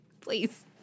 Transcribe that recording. Please